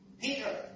Peter